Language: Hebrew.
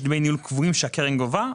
יש דמי ניהול קבועים שהקרן גובה,